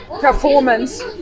performance